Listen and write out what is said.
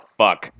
fuck